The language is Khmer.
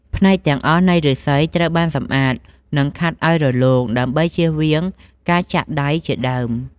ផ្នែកទាំងអស់នៃឫស្សីត្រូវបានសម្អាត និងខាត់ឲ្យរលោង ដើម្បីជៀសវាងការចាក់ដៃជាដើម។